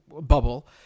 bubble